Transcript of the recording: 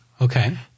Okay